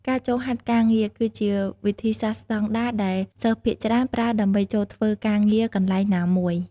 ការចូលហាត់ការការងារ គឺជាវិធីសាស្ត្រស្តង់ដារដែលសិស្សភាគច្រើនប្រើដើម្បីចូលធ្វើការងារកន្លែងណាមួយ។